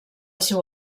seu